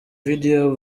video